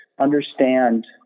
Understand